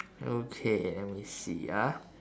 okay let me see ah